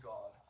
God